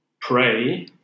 pray